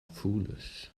foolish